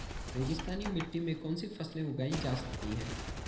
रेगिस्तानी मिट्टी में कौनसी फसलें उगाई जा सकती हैं?